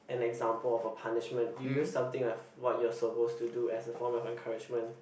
an example of a punishment you use something of what you are supposed to do as a form of encouragement